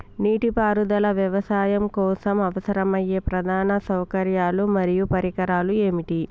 నీటిపారుదల వ్యవసాయం కోసం అవసరమయ్యే ప్రధాన సౌకర్యాలు మరియు పరికరాలు ఏమిటి?